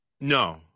No